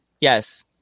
Yes